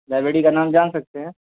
لائریڑی کا نام جان سکتے ہیں